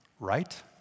right